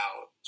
out